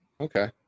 okay